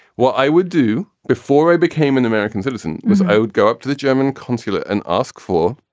what i would do before i became an american citizen was i would go up to the german consulate and ask for.